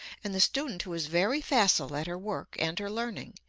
and the student who is very facile at her work and her learning,